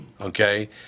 okay